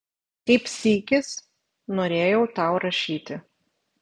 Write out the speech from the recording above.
kaip sykis norėjau tau rašyti